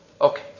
Okay